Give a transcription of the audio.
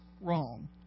wrong